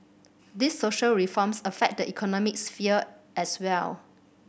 these social reforms affect the economic sphere as well